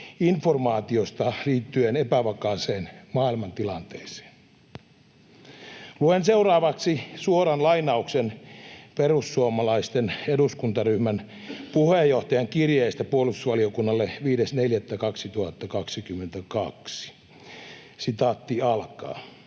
informaatiosta liittyen epävakaaseen maailmantilanteeseen. Luen seuraavaksi suoran lainauksen perussuomalaisten eduskuntaryhmän puheenjohtajan kirjeestä puolustusvaliokunnalle 5.4.2022.